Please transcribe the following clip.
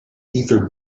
ether